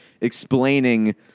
explaining